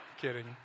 kidding